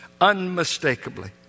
unmistakably